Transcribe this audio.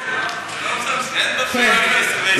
לא מסמסים בפייסבוק.